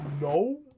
No